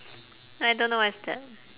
I don't know what is that